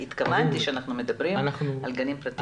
התכוונתי שאנחנו מדברים על גנים פרטיים.